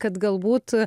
kad galbūt